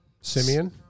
Simeon